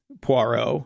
Poirot